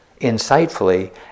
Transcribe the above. insightfully